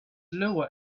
lower